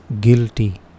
guilty